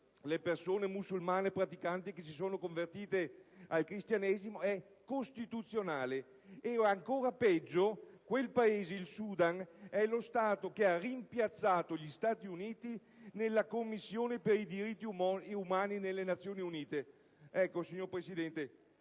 delle persone musulmane praticanti che si sono convertite al cristianesimo. Inoltre, cosa ancora più grave, il Sudan è lo Stato che ha rimpiazzato gli Stati Uniti nella Commissione per i diritti umani nelle Nazioni Unite. Signora Presidente, noi